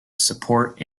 support